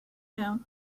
know